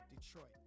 Detroit